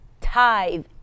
tithe